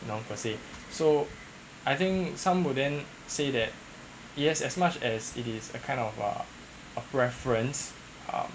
you know per se so I think some would then say that it has as much as it is a kind of uh a reference um